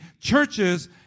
churches